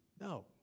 No